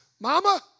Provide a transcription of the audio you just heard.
Mama